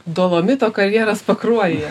dolomito karjeras pakruojyje